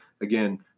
Again